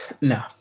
No